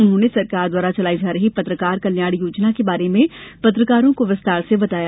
उन्होंने सरकार द्वारा चलाई जा रही पत्रकार कलयाण योजना के बारे में पत्रकारों को विस्तार से बताया